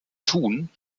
thun